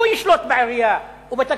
שהוא ישלוט בעירייה ובתקציבים,